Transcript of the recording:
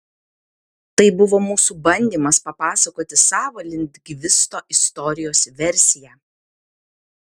tai buvo mūsų bandymas papasakoti savą lindgvisto istorijos versiją